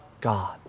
God